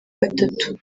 gatatu